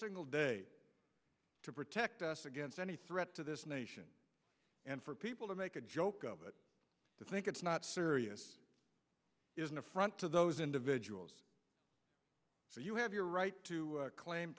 single day to protect us against any threat to this nation and for people to make a joke of it i think it's not serious is an affront to those individuals so you have your right to claim